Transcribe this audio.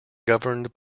governed